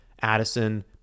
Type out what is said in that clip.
Addison